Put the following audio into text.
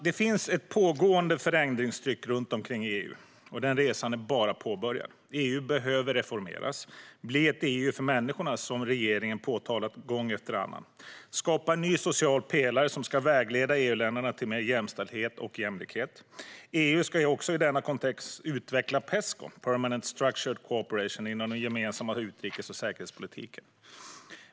Det finns ett pågående förändringstryck runt omkring i EU, och den resan är bara påbörjad. EU behöver reformeras och bli ett EU för människorna, som regeringen har framhållit gång efter annan. Man bör skapa en ny social pelare som ska vägleda EU-länderna till mer jämställdhet och jämlikhet. EU ska i denna kontext också utveckla Pesco, permanent structured cooperation, inom den gemensamma utrikes och säkerhetspolitiken.